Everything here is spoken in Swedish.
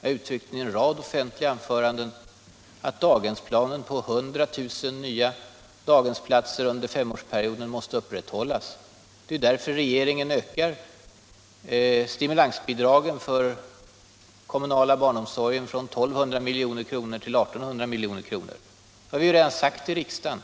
Jag har framhållit i en rad offentliga anföranden att daghemsplanen på 100 000 nya daghemsplatser under femårsperioden måste upprätthållas. Det är ju därför regeringen ökar stimulansbidragen för den kommunala barnomsorgen från 1 200 milj.kr. till 1 800 milj.kr. Det har vi redan sagt i riksdagen.